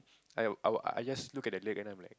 I will I just look at leg and I'm like